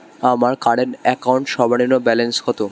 আমার current account সর্বনিম্ন balance কত?